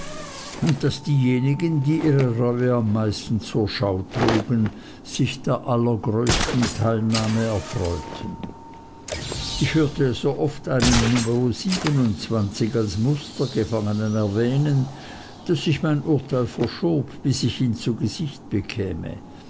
und daß diejenigen die ihre reue am meisten zu schau trugen sich der allergrößten teilnahme erfreuten ich hörte so oft einen numero als mustergefangenen erwähnen daß ich mein urteil verschob bis ich ihn zu gesicht bekäme